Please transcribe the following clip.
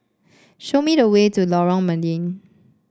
show me the way to Lorong Mydin